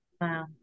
Wow